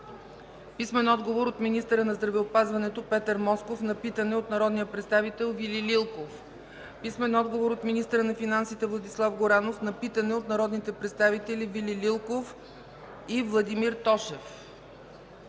Ганчева; - министъра на здравеопазването Петър Москов на питане от народния представител Вили Лилков; - министъра на финансите Владислав Горанов на питане от народните представители Вили Лилков и Владимир Тошев;